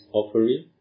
offering